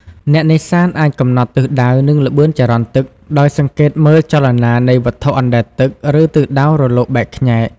អ្នកនេសាទអាចកំណត់ទិសដៅ និងល្បឿនចរន្តទឹកដោយសង្កេតមើលចលនានៃវត្ថុអណ្តែតទឹក ឬទិសដៅរលកបែកខ្ញែក។